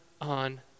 on